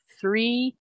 three